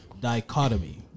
Dichotomy